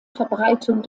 verbreitung